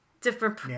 Different